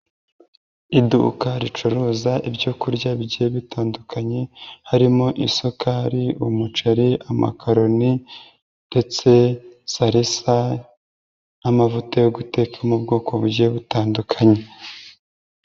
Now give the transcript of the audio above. Iduka ricuruza ibyokurya bigiye bitandukanye, harimo isukari, umuceri, amakaroni ndetse sarisa n'amavuta yo guteka yo mu bwoko bugiye butandukanye.